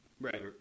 Right